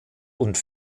und